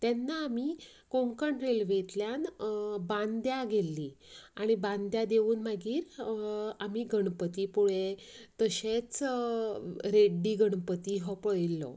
तेन्ना आमी कोंकण रेल्वेंतल्यान बांद्या गेल्लीं आनी बांद्या देवून मागीर आमी गणपतीपूळे तशेंच रेड्डी गणपती हो पळयल्लो